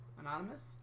Anonymous